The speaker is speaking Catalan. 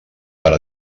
per